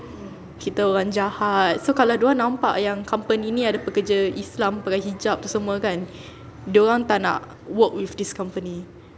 kita orang jahat so kalau dorang nampak yang company ni ada pekerja islam pakai hijab tu semua kan dorang tak nak work with this company